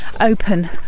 open